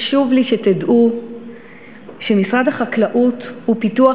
חשוב לי שתדעו שמשרד החקלאות ופיתוח